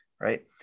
right